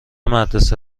مدرسه